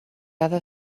other